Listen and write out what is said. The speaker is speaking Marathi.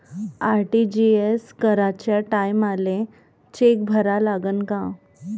आर.टी.जी.एस कराच्या टायमाले चेक भरा लागन का?